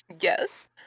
Yes